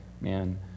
man